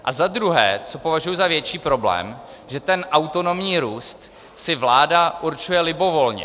A za druhé, co považuji za větší problém, že ten autonomní růst si vláda určuje libovolně.